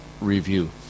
review